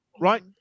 right